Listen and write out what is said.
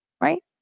right